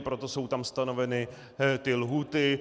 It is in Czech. Proto jsou tam stanoveny lhůty.